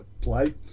play